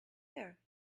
there